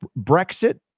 Brexit